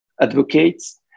Advocates